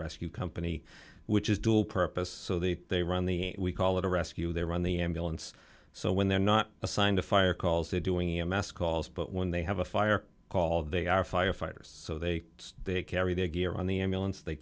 rescue company which is dual purpose so the they run the we call it a rescue they run the ambulance so when they're not assigned a fire calls they doing a m s calls but when they have a fire call they are firefighters so they they carry their gear on the ambulance they